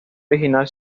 original